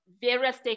various